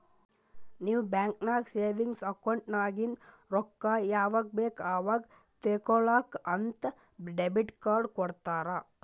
ನೀವ್ ಬ್ಯಾಂಕ್ ನಾಗ್ savings account ನಾಗಿಂದ್ ರೊಕ್ಕಾ ಯಾವಾಗ್ ಬೇಕ್ ಅವಾಗ್ ತೇಕೊಳಾಕ್ ಅಂತ್ ಡೆಬಿಟ್ ಕಾರ್ಡ್ ಕೊಡ್ತಾರ